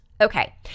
Okay